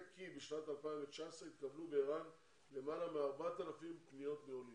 כי בשנת 2019 התקבלו בער"ן למעלה מ-4,000 פניות מעולים.